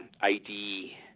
ID